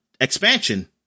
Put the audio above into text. expansion